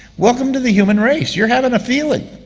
welcome to the human race you're having a feeling.